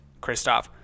Kristoff